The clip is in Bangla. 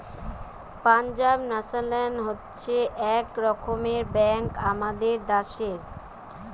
পাঞ্জাব ন্যাশনাল হচ্ছে এক রকমের ব্যাঙ্ক আমাদের দ্যাশের